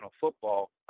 football